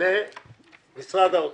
למשרד האוצר.